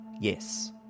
yes